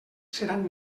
seran